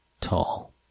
tall